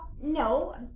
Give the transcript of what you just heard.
no